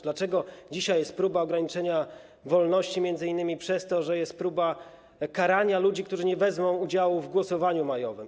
Dlaczego dzisiaj jest próba ograniczenia wolności m.in. przez to, że jest próba karania ludzi, którzy nie wezmą udziału w głosowaniu majowym?